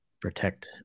protect